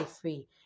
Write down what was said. free